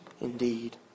indeed